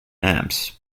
amps